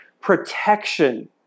protection